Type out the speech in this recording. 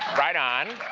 right on.